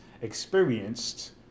experienced